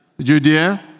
Judea